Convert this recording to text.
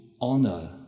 honor